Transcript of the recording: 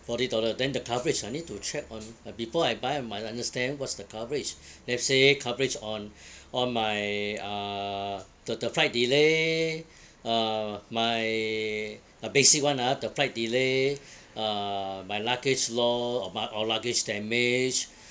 forty dollar then the coverage I need to check on uh before I buy I might understand what's the coverage let's say coverage on on my uh the the flight delay uh my a basic one ah the flight delay uh my luggage lost or my or luggage damage